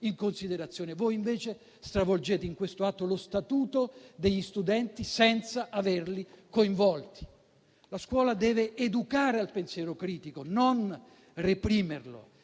in considerazione. Voi invece stravolgete in questo atto lo statuto degli studenti, senza averli coinvolti. La scuola deve educare al pensiero critico, non reprimerlo.